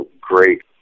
great